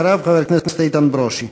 אחריו, חבר הכנסת ברושי.